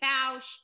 Bausch